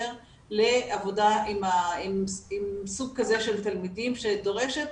לעבודה עם סוג כזה של תלמידים שדורשת